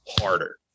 harder